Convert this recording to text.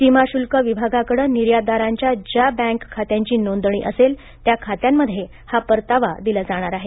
सीमा शूल्क विभागाकडं निर्यातदारांच्या ज्या बँक खात्यांची नोंदणी असेल त्या खात्यांमध्ये हा परतावा दिला जाणार आहे